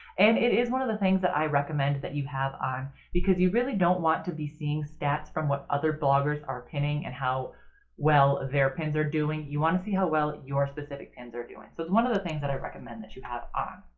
and it is one of the things that i recommend that you have on because you really don't want to be seeing stats from what other bloggers are pinning and how well their pins are doing. you want to see how well your specific pins are doing. so it's one of the things that i recommend that you have on.